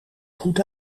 goed